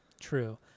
True